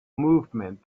movement